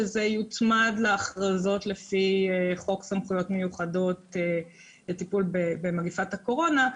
שזה יוצמד להכרזות לפי חוק סמכויות מיוחדות לטיפול במגפת הקורונה,